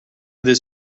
this